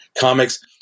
comics